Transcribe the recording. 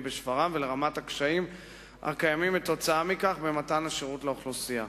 בשפרעם ולרמת הקשיים הקיימים כתוצאה מכך במתן השירות לאוכלוסייה.